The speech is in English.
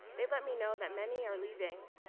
they let me know that many are leaving,